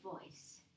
voice